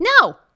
No